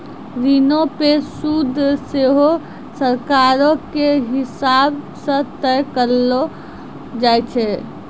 ऋणो पे सूद सेहो सरकारो के हिसाब से तय करलो जाय छै